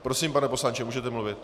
Prosím, pane poslanče, můžete mluvit.